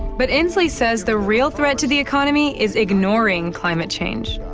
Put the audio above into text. but inslee says the real threat to the economy is ignoring climate change.